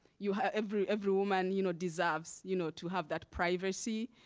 you know every every woman you know deserves you know to have that privacy.